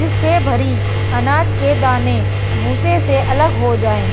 जिससे भरी अनाज के दाने भूसे से अलग हो जाए